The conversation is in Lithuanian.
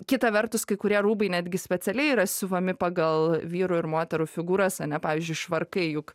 kita vertus kai kurie rūbai netgi specialiai yra siuvami pagal vyrų ir moterų figūras ne pavyzdžiui švarkai juk